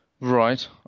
Right